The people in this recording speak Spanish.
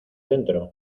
dentro